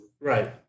Right